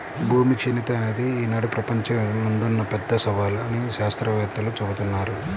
భూమి క్షీణత అనేది ఈనాడు ప్రపంచం ముందున్న పెద్ద సవాలు అని శాత్రవేత్తలు జెబుతున్నారు